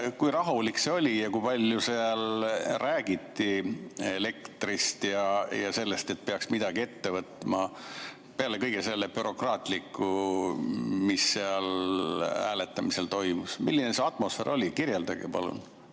Kui rahulik see on olnud ja kui palju seal on räägitud elektrist ja sellest, et peaks midagi ette võtma, peale kõige selle bürokraatliku, mis seal hääletamisel toimus. Milline see atmosfäär on olnud? Kirjeldage palun